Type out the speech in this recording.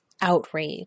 outrage